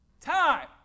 time